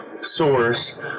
source